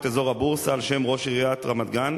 אזור הבורסה על-שם ראש עיריית רמת-גן,